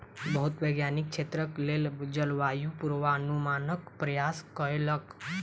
बहुत वैज्ञानिक क्षेत्रक लेल जलवायु पूर्वानुमानक प्रयास कयलक